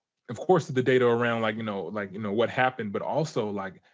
of course the data around like, you know, like, you know, what happened, but also like,